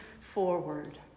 forward